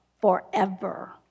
forever